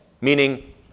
meaning